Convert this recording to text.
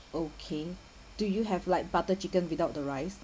okay do you have like butter chicken without the rice